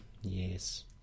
Yes